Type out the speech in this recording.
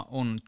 on